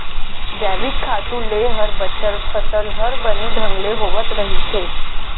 जैविक खातू ले हर बछर फसल हर बने ढंग ले होवत रहिस हे